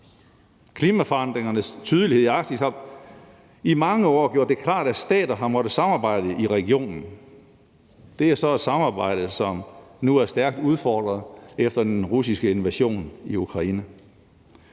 Klimaforandringernes tydelighed i Arktis har i mange år gjort det klart, at stater har måttet samarbejde i regionen. Det er så et samarbejde, som nu er stærkt udfordret efter den russiske invasion i Ukraine.